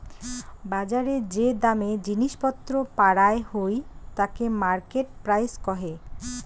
বজারে যে দামে জিনিস পত্র পারায় হই তাকে মার্কেট প্রাইস কহে